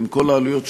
עם כל העלויות שלהן,